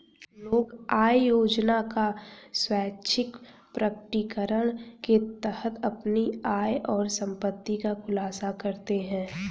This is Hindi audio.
लोग आय योजना का स्वैच्छिक प्रकटीकरण के तहत अपनी आय और संपत्ति का खुलासा करते है